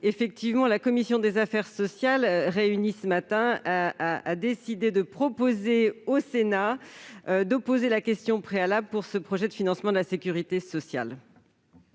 texte, la commission des affaires sociales, réunie ce matin, a décidé de proposer au Sénat d'opposer la question préalable sur ce projet de loi de financement de la sécurité sociale.